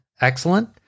Excellent